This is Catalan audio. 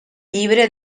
llibre